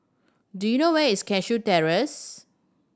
do you know where is Cashew Terrace